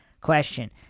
Question